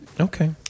Okay